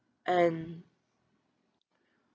and